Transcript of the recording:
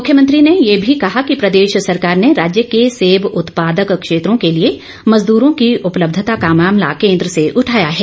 मुख्यमंत्री ने ये भी कहा कि प्रदेश सरकार ने राज्य के सेब उत्पादक क्षेत्रों के लिए मजदूरों की उपलब्धता का मामला केंद्र से उठाया है